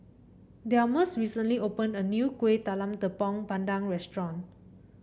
Delmus recently opened a new Kueh Talam Tepong Pandan Restaurant